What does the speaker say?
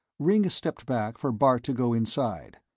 ringg stepped back for bart to go inside.